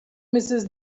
mrs